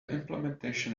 implementation